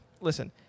listen